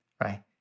right